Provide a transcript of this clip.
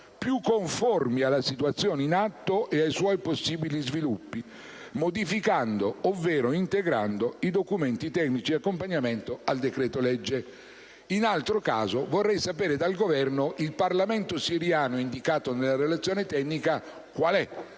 più conformi alla situazione in atto e ai suoi possibili sviluppi, modificando ovvero integrando i documenti tecnici di accompagnamento al decreto‑legge. Vorrei inoltre sapere dal Governo se il Parlamento siriano indicato nella relazione tecnica è